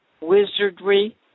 Wizardry